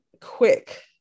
quick